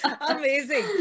Amazing